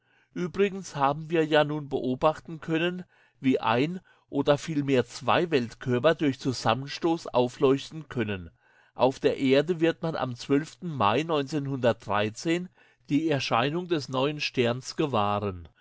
übrigens haben wir ja nun beobachten können wie ein oder vielmehr zwei weltkörper durch zusammenstoß aufleuchten können auf der erde wird man am mai die erscheinung des neuen sterns gewahren